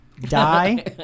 die